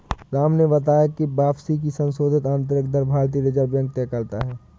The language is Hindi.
राम ने बताया की वापसी की संशोधित आंतरिक दर भारतीय रिजर्व बैंक तय करता है